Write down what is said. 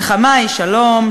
מלחמה היא שלום,